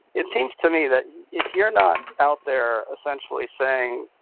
it seems to me that if you're not out there essentially saying,